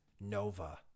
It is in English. Nova